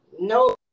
No